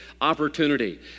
opportunity